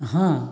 हाँ